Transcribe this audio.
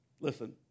listen